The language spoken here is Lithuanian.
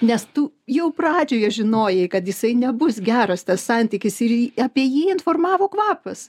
nes tu jau pradžioje žinojai kad jisai nebus geras tas santykis ir apie jį informavo kvapas